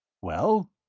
well?